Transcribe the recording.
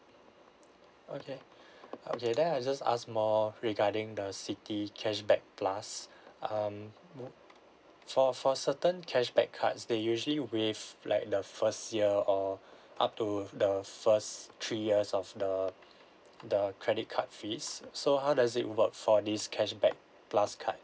okay okay then I just ask more regarding the citi cashback plus um no~ for for certain cashback cards they usually wave like the first year or up to the first three years of the the credit card fees so how does it work for this cashback plus card